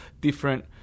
different